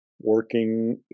working